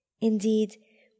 Indeed